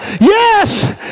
yes